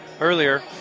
earlier